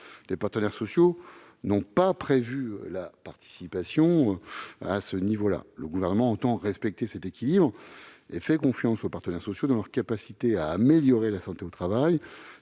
les partenaires sociaux n'ont pas prévu la participation à ce niveau-là. Le Gouvernement entend respecter cet équilibre et fait confiance aux partenaires sociaux et à leur capacité à améliorer la santé au travail,